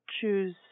choose